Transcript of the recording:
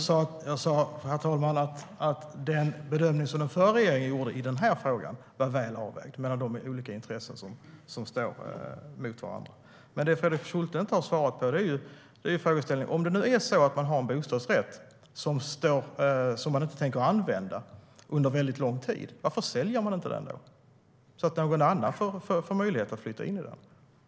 Herr talman! Jag sa att den bedömning som den förra regeringen gjorde i den här frågan var väl avvägd beträffande de olika intressen som står mot varandra. Om det nu är så att man har en bostadsrätt som man inte tänker använda under lång tid, varför säljer man den då inte så att någon annan får möjlighet att flytta in i den?